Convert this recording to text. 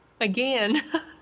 Again